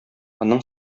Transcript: моның